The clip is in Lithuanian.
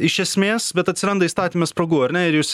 iš esmės bet atsiranda įstatyme spragų ar ne ir jūs